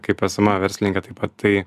kaip esama verslininkė taip pat tai